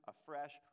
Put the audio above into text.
afresh